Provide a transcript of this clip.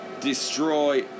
destroy